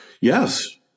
yes